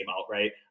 outright